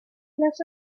las